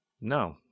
no